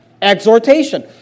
Exhortation